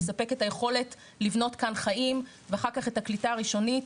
לספק את היכולת לבנות כאן חיים ואחר כך את הקליטה הראשונית.